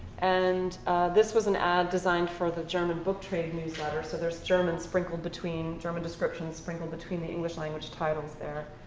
and this was an ad designed for the german book trade newsletter, so there's german sprinkled between german descriptions sprinkled between the english language titles there.